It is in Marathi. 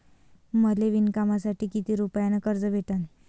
मले विणकामासाठी किती रुपयानं कर्ज भेटन?